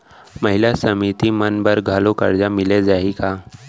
महिला समिति मन बर घलो करजा मिले जाही का?